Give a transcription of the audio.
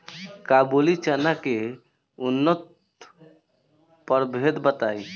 काबुली चना के उन्नत प्रभेद बताई?